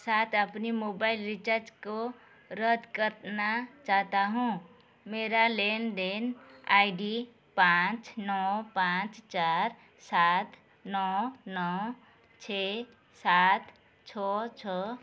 साथ अपने mobile recharge को रद्द करना चाहता हूँ मेरी लेन देन आई डी पाँच नौ पाँच चार सात नौ नौ छः सात छः छः